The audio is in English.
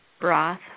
broth